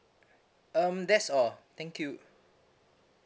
um that's all thank you